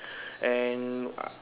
and I